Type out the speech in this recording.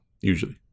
usually